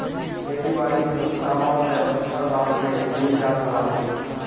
खेती बारी के कुछ सामान तअ सस्ता दाम पे मिल जात बाटे